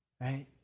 Right